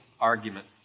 argument